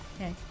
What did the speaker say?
Okay